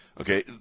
Okay